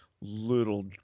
little